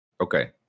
okay